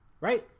right